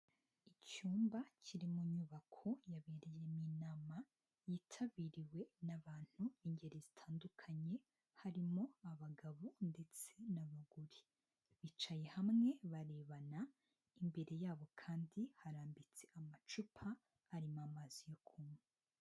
Icyumba kiri mu nyubako yabereyemo inama, yitabiriwe n'abantu b'ingeri zitandukanye, harimo abagabo ndetse n'abagore. Bicaye hamwe barebana, imbere yabo kandi harambitse amacupa arimo amazi yo kunywa.